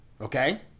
okay